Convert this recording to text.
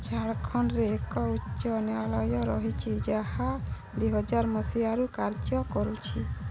ଝାଡ଼ଖଣ୍ଡରେ ଏକ ଉଚ୍ଚ ନ୍ୟାୟାଳୟ ରହିଛି ଯାହା ଦୁଇହଜାର ମସିହାରୁ କାର୍ଯ୍ୟ କରୁଛି